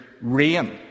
rain